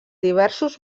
diversos